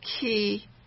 key